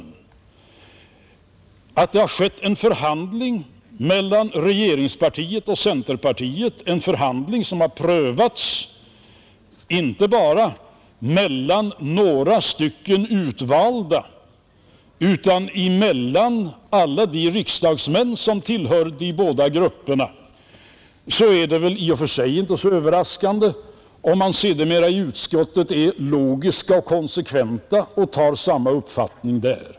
När det nu har förekommit en förhandling mellan regeringspartiet och centerpartiet — en förhandling vars resultat har prövats inte bara av några utvalda utan av alla de riksdagsmän som tillhör de båda grupperna — är det väl i och för sig inte så överraskande, om deras representanter i utskottet är logiska och konsekventa och intar samma ståndpunkt där.